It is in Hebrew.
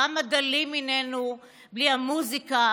כמה דלים היננו בלי המוזיקה,